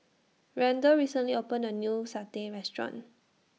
Randle recently opened A New Satay Restaurant